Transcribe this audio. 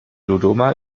dodoma